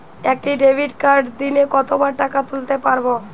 একটি ডেবিটকার্ড দিনে কতবার টাকা তুলতে পারব?